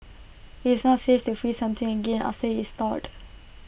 IT is not safe to freeze something again after IT has thawed